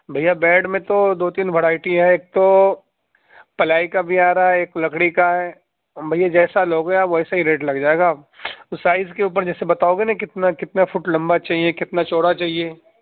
بھیا بیڈ میں تو دو تین ورائٹی ہے ایک تو پلائی کا بھی آ رہا ہے ایک لکڑی کا ہے بھیا جیسا لو گے آپ ویسا ہی ریٹ لگ جائے گا وہ سائج کے اوپر جیسے بتاؤ گے نا کتنا کتنا فٹ لمبا چاہیے کتنا چوڑا چاہیے